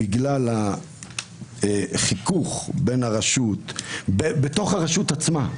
בגלל החיכוך ברשות עצמה,